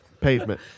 Pavement